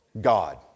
God